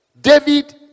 David